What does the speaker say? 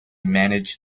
manage